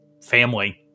family